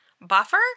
buffer